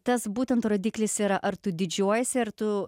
tas būtent rodiklis yra ar tu didžiuojiesi ar tu